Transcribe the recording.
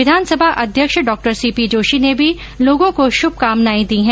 विधानसभा अध्यक्ष डॉ सीपी जोशी ने भी लोगों को शुभकामनाए दी हैं